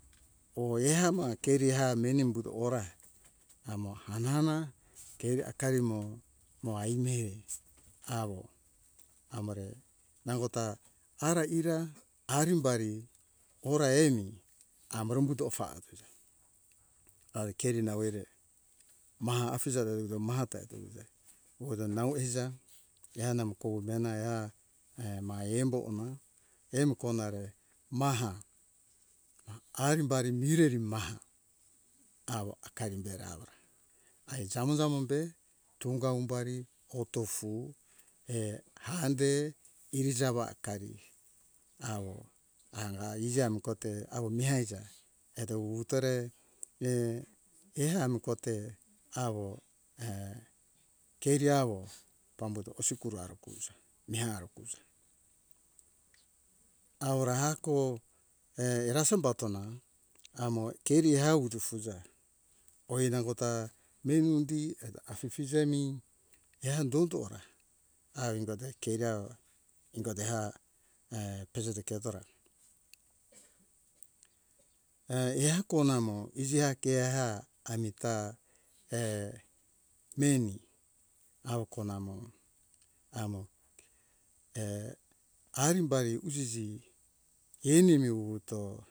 Oh ehama keriha meni umbuto ora amo hanana keri akari mo moa imehe awo amore nangota ara ira arimbari ora aniamore umbuto ofatiza ara keri na oire maha aije danda maha tate uja oda nau era kea namo komena eha err ma embo ona emu kona re maha arimbari ma mireri maha awo akari bera awora ae jamo jamo be tunga umbari otou err hande irijawa akari awo anga iji amu tote awo mihaija eto wuwu tore err ehamu kote awo err keri awo pambuto osikuro ari kuruza mi hari kuruza awora hako err rasem batona amo oh keria wutu fuza oi nangota menu undi eto aifije mi ehan dondora ah ingato keri awo ingode ha err pejeto ke tora errr ehako namo iji ah keha amita err meni awo ko namo amo err arimbari usisi enimi wuwuto